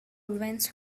veins